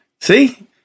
see